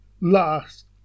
last